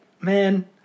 man